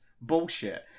bullshit